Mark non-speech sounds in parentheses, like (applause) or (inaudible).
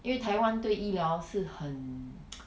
因为台湾对医疗是很 (noise)